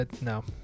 No